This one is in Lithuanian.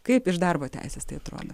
kaip iš darbo teisės tai atrodo